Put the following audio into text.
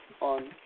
on